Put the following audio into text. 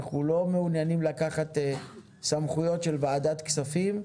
אנחנו לא מעוניינים לקחת סמכויות של ועדת כספים,